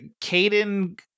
Caden